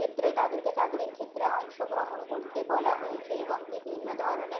ক্ষেত্রে তাদেরকে চাকরির ক্ষেত্রে অংশগ্রহণ করতে বলা হয়েছে এবং বিভিন্ন ধরনের